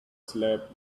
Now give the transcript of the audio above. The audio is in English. slept